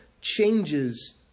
changes